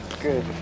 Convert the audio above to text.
good